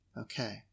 Okay